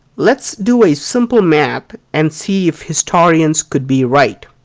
let us do a simple math and see if historians could be right.